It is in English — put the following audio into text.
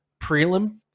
prelim